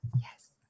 Yes